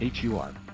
HUR